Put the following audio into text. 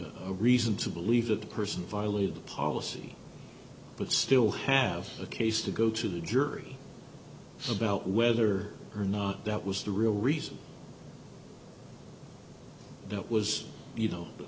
have a reason to believe that the person violated the policy but still have a case to go to the jury about whether or not that was the real reason no it was you know the